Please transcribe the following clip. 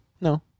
No